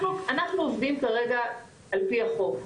אנחנו עובדים כרגע כעל פי החוק,